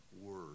word